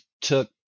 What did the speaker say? took